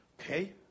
Okay